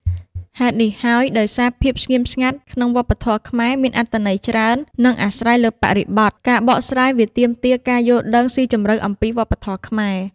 ហេតុនេះហើយ ដោយសារភាពស្ងៀមស្ងាត់ក្នុងវប្បធម៌ខ្មែរមានអត្ថន័យច្រើន និងអាស្រ័យលើបរិបទ ការបកស្រាយវាទាមទារការយល់ដឹងស៊ីជម្រៅអំពីវប្បធម៌ខ្មែរ។